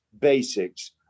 basics